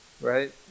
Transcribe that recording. right